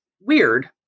weird